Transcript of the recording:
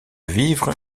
vivres